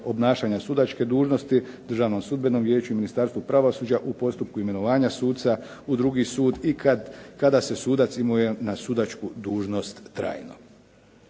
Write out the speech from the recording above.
obnašanja sudačke dužnosti Državnom sudbenom vijeću i Ministarstvu pravosuđa u postupku imenovanja suca u drugi sud i kada se sudac imenuje na sudačku dužnost trajno.